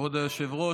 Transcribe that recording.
כבוד היושב-ראש,